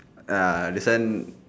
uh this one